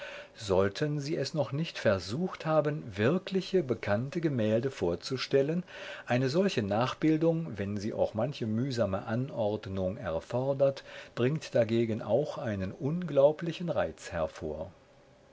sollten sie es noch nicht versucht haben wirkliche bekannte gemälde vorzustellen eine solche nachbildung wenn sie auch manche mühsame anordnung er fordert bringt dagegen auch einen unglaublichen reiz hervor